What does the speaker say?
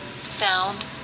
Found